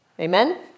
Amen